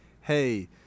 Hey